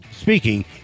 speaking